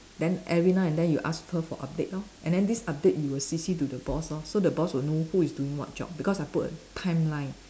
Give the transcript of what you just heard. then every now and then you will ask her for update lor and then this update you will C_C to the boss lor so the boss will know who is doing what job because I put a timeline